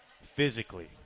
physically